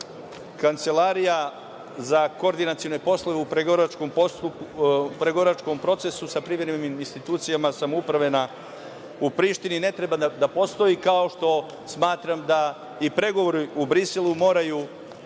Kancelarija za koordinacione poslove u pregovaračkom procesu sa privremenim institucijama samouprave u Prištini ne treba da postoji, kao što smatram da i pregovori u Briselu moraju